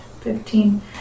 Fifteen